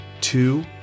two